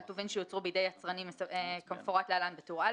"הטלת היטל היצף 2. על טובין שיוצרו בידי יצרנים כמפורט להלן בטור א',